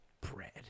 Bread